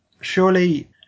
surely